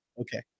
Okay